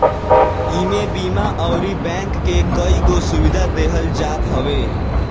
इमे बीमा अउरी बैंक के कईगो सुविधा देहल जात हवे